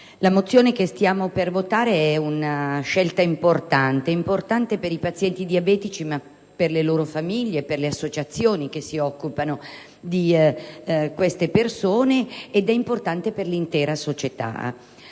La mozione che stiamo per votare è una scelta importante per i pazienti diabetici, per le loro famiglie, per le associazioni che si occupano di queste persone e per l'intera società.